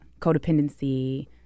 codependency